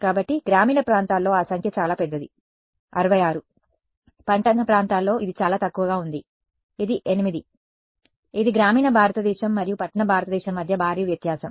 కాబట్టి గ్రామీణ ప్రాంతాల్లో ఆ సంఖ్య చాలా పెద్దది 66 పట్టణ ప్రాంతాల్లో ఇది చాలా తక్కువగా ఉంది ఇది 8 సరైనది ఇది గ్రామీణ భారతదేశం మరియు పట్టణ భారతదేశం మధ్య భారీ వ్యత్యాసం